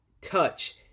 touch